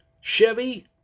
Chevy